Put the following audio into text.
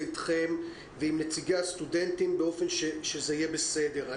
איתכם ועם נציגי הסטודנטים באופן שזה יהיה בסדר.